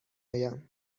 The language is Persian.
آیم